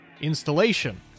installation